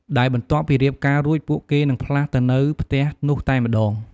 ដែលបន្ទាប់ពីរៀបការរួចពួកគេនិងផ្លាស់ទៅនៅផ្ទះនោះតែម្តង។